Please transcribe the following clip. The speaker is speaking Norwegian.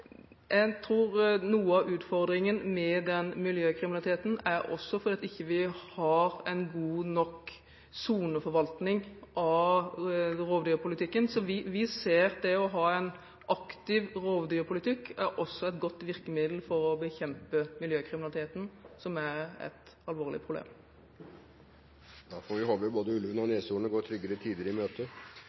Jeg tror noe av utfordringen med den miljøkriminaliteten også er at vi ikke har en god nok soneforvaltning av rovdyrpolitikken, så vi ser at det å ha en aktiv rovdyrpolitikk også er et godt virkemiddel for å bekjempe miljøkriminaliteten, som er et alvorlig problem. Da får vi håpe at både ulven og neshornet går tryggere tider i møte.